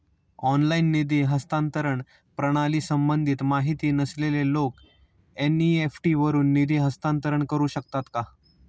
Online निधी हस्तांतरण प्रणालीसंबंधी माहिती नसलेले लोक एन.इ.एफ.टी वरून निधी हस्तांतरण करू शकतात का?